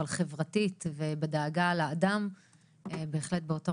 אבל חברתית ובדאגה לאדם בהחלט באותו